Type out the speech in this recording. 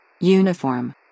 Uniform